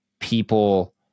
people